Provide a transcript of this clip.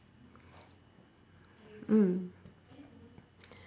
mm